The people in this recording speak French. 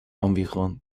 environ